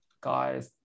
guys